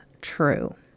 true